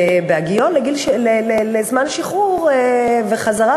ובהגיעו לזמן שחרור וחזרה